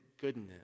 goodness